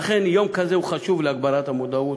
לכן, יום כזה הוא חשוב להגברת המודעות.